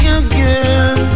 again